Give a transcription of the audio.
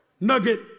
Nugget